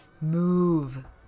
Move